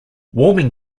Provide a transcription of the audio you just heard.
warming